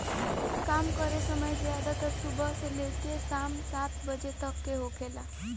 काम करे समय ज्यादातर सुबह से लेके साम सात बजे तक के होखेला